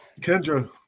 Kendra